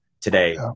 today